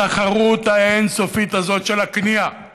בתחרות האין-סופית הזאת של הכניעה